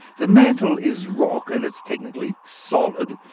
the mantle is rock, and it's technically solid.